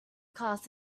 class